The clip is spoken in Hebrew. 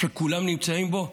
שכולם נמצאים בו?